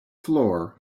floor